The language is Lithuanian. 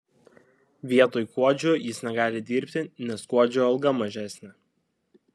vietoj kuodžio jis negali dirbti nes kuodžio alga mažesnė